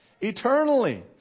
Eternally